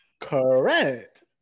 Correct